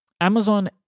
Amazon